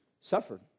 suffered